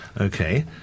Okay